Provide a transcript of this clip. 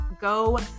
Go